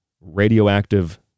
radioactive